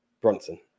Bronson